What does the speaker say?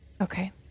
Okay